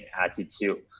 attitude